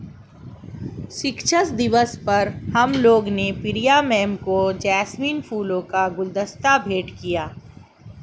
शिक्षक दिवस पर हम लोगों ने प्रिया मैम को जैस्मिन फूलों का गुलदस्ता भेंट किया